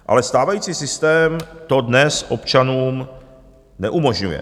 Ale stávající systém to dnes občanům neumožňuje.